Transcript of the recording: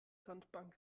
sandbank